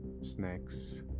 snacks